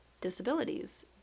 disabilities